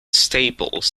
staples